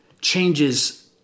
changes